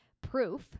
proof